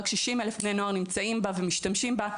רק 60 אלף בני נוער נמצאים בה ומשתמשים בה,